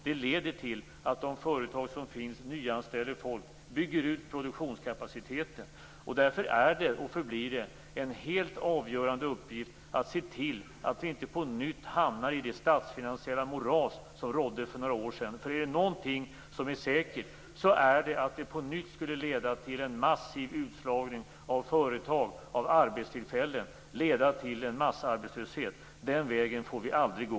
Det leder till att de företag som finns nyanställer folk och bygger ut produktionskapaciteten. Därför är det och förblir det en helt avgörande uppgift att se till att vi inte på nytt hamnar i det statsfinansiella moras som rådde för några år sedan, för är det någonting som är säkert så är det att det på nytt skulle leda till en massiv utslagning av företag, av arbetstillfällen och till en massarbetslöshet. Den vägen får vi aldrig gå.